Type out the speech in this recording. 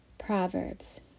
Proverbs